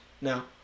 now